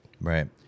right